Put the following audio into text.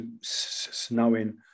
snowing